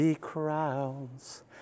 crowns